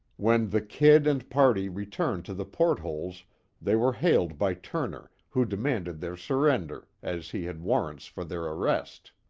when the kid and party returned to the port-holes they were hailed by turner, who demanded their surrender, as he had warrants for their arrest.